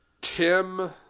Tim